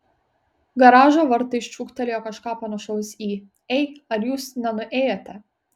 garažo vartai šūktelėjo kažką panašaus į ei ar jūs nenuėjote